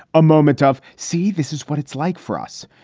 a moment of. see, this is what it's like for us.